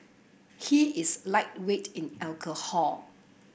he is lightweight in alcohol